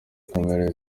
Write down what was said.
kamere